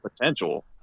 potential